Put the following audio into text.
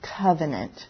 covenant